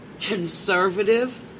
conservative